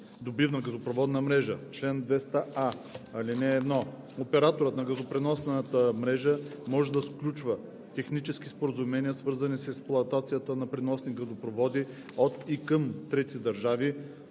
добивна газопроводна мрежа Чл. 200а. (1) Операторът на газопреносната мрежа може да сключва технически споразумения, свързани с експлоатацията на преносни газопроводи от и към трети държави,